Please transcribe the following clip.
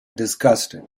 disgusted